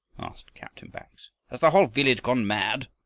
asked captain bax. has the whole village gone mad?